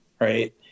right